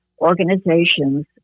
organizations